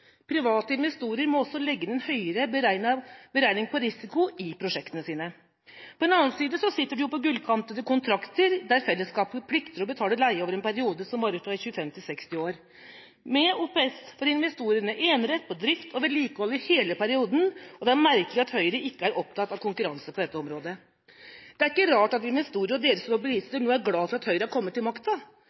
Private investorer må også legge en høyere beregning på risiko inn i prosjektene sine, men på den annen side sitter de jo på gullkantede kontrakter der fellesskapet plikter å betale leie over en periode som varer fra 25 til 60 år. Med OPS får investorene enerett på drift og vedlikehold i hele perioden, og det er merkelig at Høyre ikke er opptatt av konkurranse på dette området. Det er ikke rart at investorer og deres lobbyister nå er glade for at Høyre har kommet til makta.